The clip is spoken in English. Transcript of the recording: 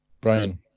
Brian